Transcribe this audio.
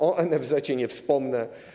O NFZ-ecie nie wspomnę.